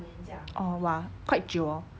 oh ya quite 久 hor